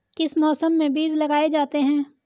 किस मौसम में बीज लगाए जाते हैं?